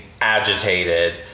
agitated